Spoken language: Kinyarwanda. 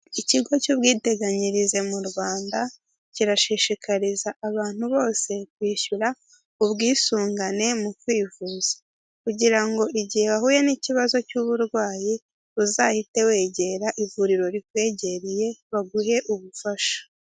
Ikigo cy'ubwiteganyirize mu Rwanda kirashishikariza abantu bose kwishyura ubwisungane mu kwivuza. Kugira ngo igihe wahuye n'ikibazo cy'uburwayi uzahite wegera ivuriro rikwegereye, baguhe ubufasha.